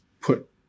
put